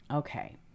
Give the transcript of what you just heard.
okay